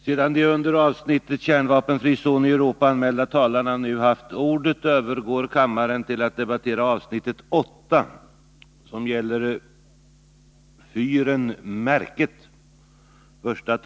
Sedan de under avsnittet Kärnvapenfri zon i Europa anmälda talarna nu haft ordet övergår kammaren till att debattera avsnitt 8: Fyren Märket.